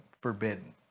forbidden